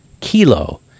Kilo